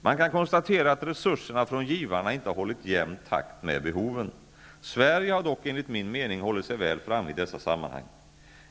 Man kan konstatera att resurserna från givarna inte har hållit jämn takt med behoven. Sverige har dock enligt min mening hållit sig väl framme i dessa sammanhang.